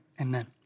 amen